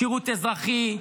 שירות אזרחי,